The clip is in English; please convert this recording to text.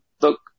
look